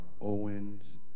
Owens